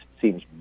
seems